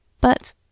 but—